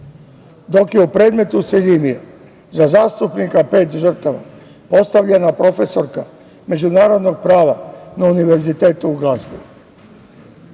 dok je u predmetu Seljimija za zastupnika pet žrtava postavljena profesorka međunarodnog prava na Univerzitetu u Glazgovu.